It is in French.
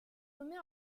nommée